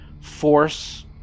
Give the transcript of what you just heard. force